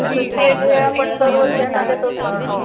त्याचं स्टेज हे आपण दरवर्षी ह्यांना देतोच ना